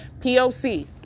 POC